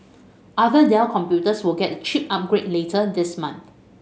other Dell computers will get the chip upgrade later this month